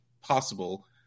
possible